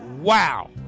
Wow